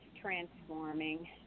transforming